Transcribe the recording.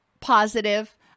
positive